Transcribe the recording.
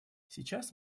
сейчас